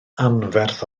anferth